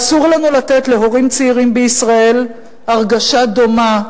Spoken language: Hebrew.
ואסור לנו לתת להורים צעירים בישראל הרגשה דומה,